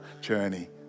journey